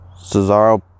Cesaro